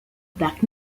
parc